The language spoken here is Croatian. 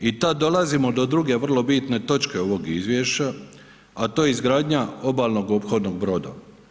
I tad dolazimo do druge vrlo bitne točke ovog izvješća a to je izgradnja obalnog ophodnog broda.